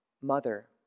mother